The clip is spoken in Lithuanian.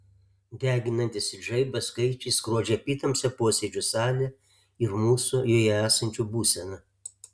deginantys it žaibas skaičiai skrodžia apytamsę posėdžių salę ir mūsų joje esančių būseną